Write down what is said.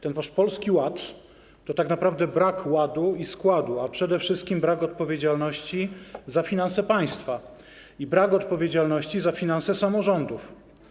Ten wasz Polski Ład to tak naprawdę brak ładu i składu, a przede wszystkim brak odpowiedzialności za finanse państwa i brak odpowiedzialności za finanse samorządów.